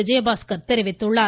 விஜயபாஸ்கர் தெரிவித்துள்ளார்